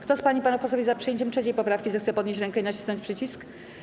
Kto z pań i panów posłów jest za przyjęciem 3. poprawki, zechce podnieść rękę i nacisnąć przycisk.